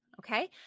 Okay